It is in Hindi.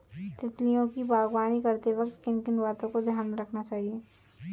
तितलियों की बागवानी करते वक्त किन किन बातों को ध्यान में रखना चाहिए?